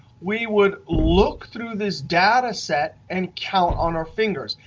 we would look through this data set and count on our fingers.